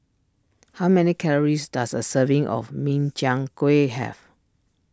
how many calories does a serving of Min Chiang Kueh have